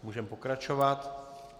Můžeme pokračovat.